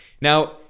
Now